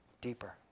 deeper